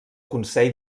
consell